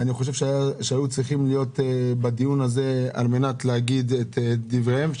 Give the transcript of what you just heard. אני חושב שהיו צריכים להיות בדיון הזה על מנת להגיד את דבריהם.